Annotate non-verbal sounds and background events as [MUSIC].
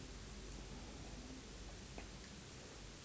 [BREATH]